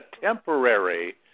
temporary